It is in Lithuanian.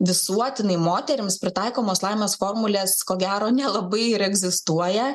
visuotinai moterims pritaikomos laimės formulės ko gero nelabai ir egzistuoja